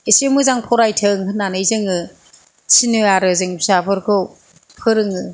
एसे मोजां फरायथों होन्नानै जों थिनो आरो जों फिसाफोरखौ फोरोङो